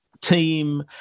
team